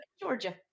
Georgia